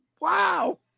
Wow